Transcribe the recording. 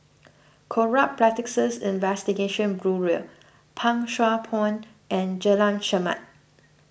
Corrupt Practices Investigation Bureau Pang Sua Pond and Jalan Chermat